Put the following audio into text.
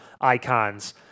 icons